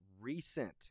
recent